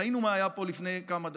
ראינו מה היה פה לפני כמה דקות.